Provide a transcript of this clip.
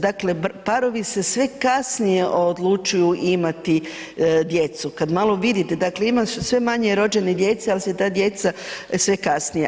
Dakle, parovi se sve kasnije odlučuju imati djecu, kad malo vidite, dakle ima sve manje rođene djece ali su ta djeca sve kasnije.